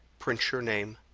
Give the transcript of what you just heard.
print your name,